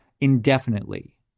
indefinitely